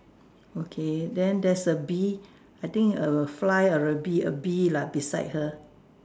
okay then there's a bee I think a fly or a bee a bee lah beside her